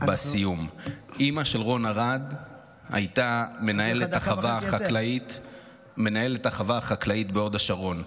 אימא של רון ארד הייתה מנהלת החווה החקלאית בהוד השרון.